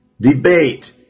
Debate